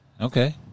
Okay